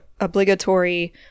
obligatory